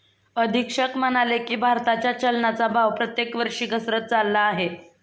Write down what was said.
अधीक्षक म्हणाले की, भारताच्या चलनाचा भाव प्रत्येक वर्षी घसरत चालला आहे